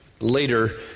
later